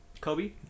Kobe